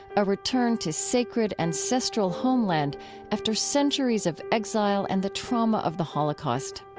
a return to sacred ancestral homeland after centuries of exile and the trauma of the holocaust.